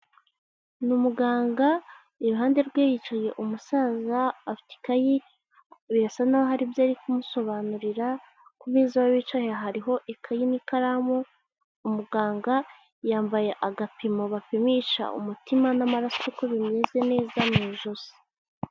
Ni umuganga iruhande rwe hicaye umusaza afite ikayi birasa n'aho hari ibyo ari kumusobanurira, ku meza y'aho bicaye hariho ikayi n'ikaramu, umuganga yambaye agapimo bapimisha umutima n'amaraso ko bimeze neza mu ijosi.